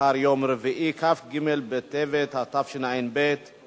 הצעת החוק נכי רדיפות הנאצים (תיקון מס' 16)